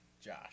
Josh